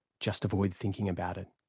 just avoid thinking about it.